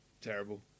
Terrible